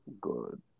good